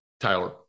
Tyler